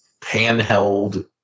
handheld